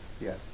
Yes